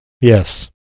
Yes